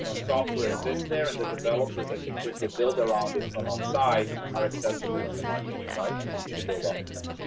software exists there. and the developers that can quickly build around it from outside are accessible in the market, right. and once you build off of that,